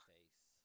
face